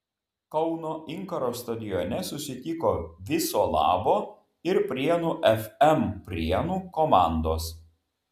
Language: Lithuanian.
kauno inkaro stadione susitiko viso labo ir prienų fm prienų komandos